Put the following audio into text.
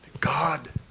God